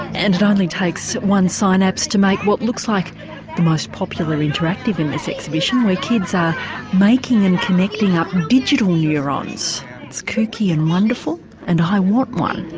and it only takes one synapse to make what looks like the most popular interactive in this exhibition where kids are making and connecting up digital neurons it's kooky and wonderful and i want one.